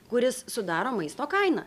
kuris sudaro maisto kainą